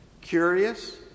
Curious